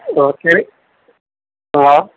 okay हा